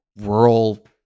rural